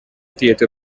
theater